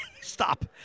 Stop